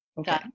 Okay